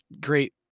great